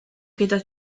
gyda